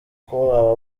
aba